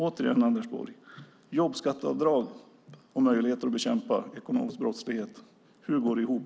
Återigen, hur går jobbskatteavdrag och möjligheter att bekämpa ekonomisk brottslighet ihop?